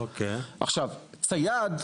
צייד,